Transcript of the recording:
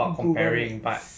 comparing